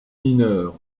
mineure